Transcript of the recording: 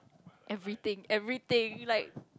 everything everything like